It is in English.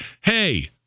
hey